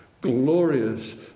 glorious